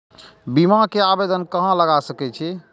बीमा के आवेदन कहाँ लगा सके छी?